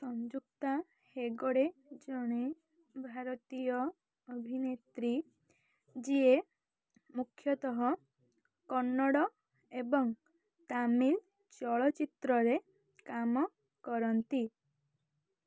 ସଂଯୁକ୍ତା ହେଗଡ଼େ ଜଣେ ଭାରତୀୟ ଅଭିନେତ୍ରୀ ଯିଏ ମୁଖ୍ୟତଃ କନ୍ନଡ଼ ଏବଂ ତାମିଲ ଚଳଚ୍ଚିତ୍ରରେ କାମ କରନ୍ତି